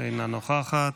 אינה נוכחת,